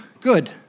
good